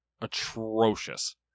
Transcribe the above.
Atrocious